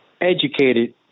educated